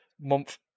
month